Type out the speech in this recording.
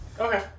Okay